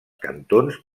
cantons